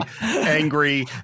angry